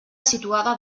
situada